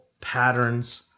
patterns